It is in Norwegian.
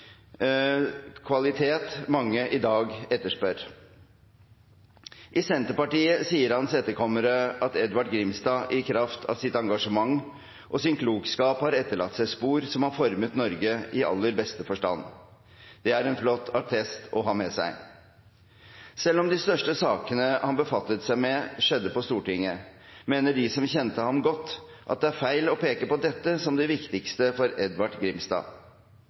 kvalitet mange i dag etterspør. I Senterpartiet sier hans etterkommere at Edvard Grimstad i kraft av sitt engasjement og sin klokskap har etterlatt seg spor som har formet Norge i aller beste forstand. Det er en flott attest å ha med seg. Selv om de største sakene han befattet seg med, skjedde på Stortinget, mener de som kjente ham godt, at det er feil å peke på dette som det viktigste for Edvard Grimstad.